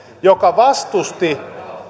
joka vastusti